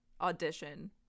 audition